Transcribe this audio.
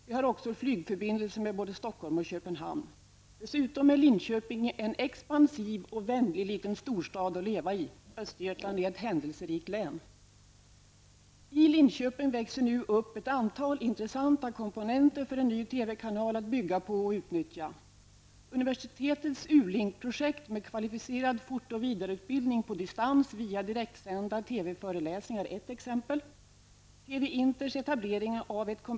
Vi har också flygförbindelser med både Stockholm och Köpenhamn. Dessutom är Linköping en expansiv och vänlig liten storstad att leva i. Östergötland är händelserikt län. I Linköping växer nu upp ett antal intressanta komponenter för en ny TV-kanal att bygga på och utnyttja. Universitetets U--Link-projekt med kvalificerad fort och vidareutbildning på distans via direktsända TV-föreläsningar är ett exempel.